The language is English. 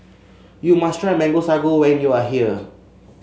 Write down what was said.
you must try Mango Sago when you are here